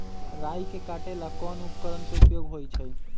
राई के काटे ला कोंन उपकरण के उपयोग होइ छई?